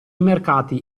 mercati